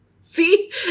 See